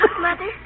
Mother